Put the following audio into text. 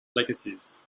legacies